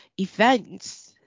events